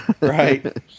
right